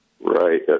Right